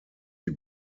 die